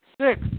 Six